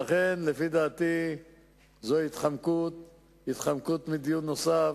לכן, לפי דעתי זו התחמקות מדיון נוסף,